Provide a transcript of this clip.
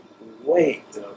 Wait